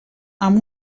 amb